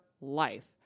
life